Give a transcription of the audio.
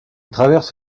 traverse